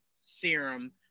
serum